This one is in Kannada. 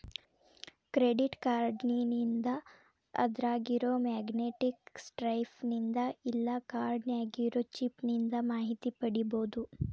ಕ್ರೆಡಿಟ್ ಕಾರ್ಡ್ನಿಂದ ಅದ್ರಾಗಿರೊ ಮ್ಯಾಗ್ನೇಟಿಕ್ ಸ್ಟ್ರೈಪ್ ನಿಂದ ಇಲ್ಲಾ ಕಾರ್ಡ್ ನ್ಯಾಗಿರೊ ಚಿಪ್ ನಿಂದ ಮಾಹಿತಿ ಪಡಿಬೋದು